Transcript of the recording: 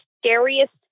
scariest